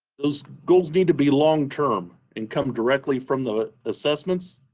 those goals need to be long-term and come directly from the assessments.